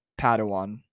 Padawan